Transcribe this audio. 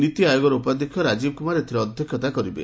ନୀତି ଆୟୋଗର ଉପାଧ୍ୟକ୍ଷ ରାଜୀବ କୁମାର ଏଥିରେ ଅଧ୍ୟକ୍ଷତା କରିବେ